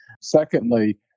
Secondly